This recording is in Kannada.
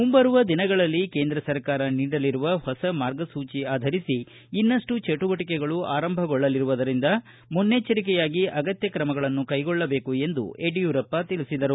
ಮುಂಬರುವ ದಿನಗಳಲ್ಲಿ ಕೇಂದ್ರ ಸರ್ಕಾರ ನೀಡಲಿರುವ ಹೊಸ ಮಾರ್ಗಸೂಚಿ ಆಧರಿಸಿ ಇನ್ನಷ್ಟು ಚಟುವಟಿಕೆಗಳು ಆರಂಭಗೊಳ್ಳಲಿರುವುದರಿಂದ ಮುನ್ನೆಚ್ಚರಿಕೆಯಾಗಿ ಅಗತ್ನ ಕ್ರಮಗಳನ್ನು ಕೈಗೊಳ್ಳಬೇಕು ಎಂದು ಯಡಿಯೂರಪ್ಪ ತಿಳಿಸಿದರು